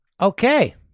Okay